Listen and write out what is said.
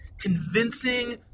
convincing